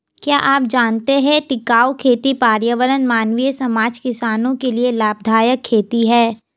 क्या आप जानते है टिकाऊ खेती पर्यावरण, मानवीय समाज, किसानो के लिए लाभदायक खेती है?